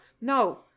no